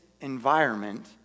environment